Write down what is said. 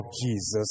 Jesus